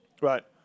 Right